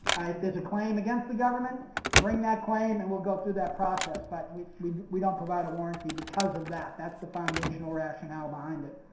if there's a claim against the government bring that claim and we'll go through that process, but we we don't provide a warranty because of that. that's the foundational rationale behind it.